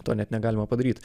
to net negalima padaryt